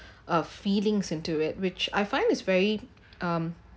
uh feelings into it which I find it's very um